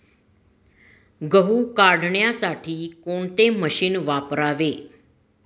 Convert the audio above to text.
गहू काढण्यासाठी कोणते मशीन वापरावे?